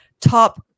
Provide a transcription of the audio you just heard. top